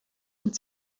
und